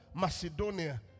Macedonia